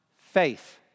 faith